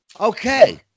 Okay